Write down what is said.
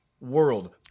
world